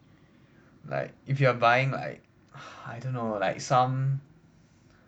like if you are buying like I don't know like some